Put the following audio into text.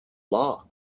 law